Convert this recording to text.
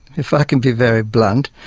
if i could be very blunt,